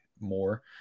more